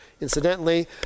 Incidentally